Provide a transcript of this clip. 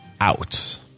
out